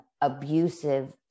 abusive